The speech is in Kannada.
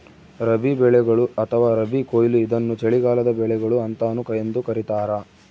ರಬಿ ಬೆಳೆಗಳು ಅಥವಾ ರಬಿ ಕೊಯ್ಲು ಇದನ್ನು ಚಳಿಗಾಲದ ಬೆಳೆಗಳು ಅಂತಾನೂ ಎಂದೂ ಕರೀತಾರ